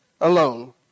alone